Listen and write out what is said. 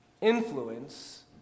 influence